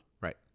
Right